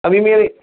ابھی میری